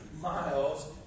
miles